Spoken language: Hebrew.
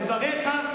בדבריך,